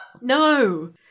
No